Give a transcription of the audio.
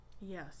Yes